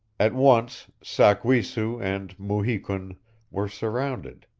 at once sak-we-su and mu-hi-kun were surrounded.